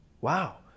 Wow